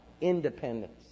independence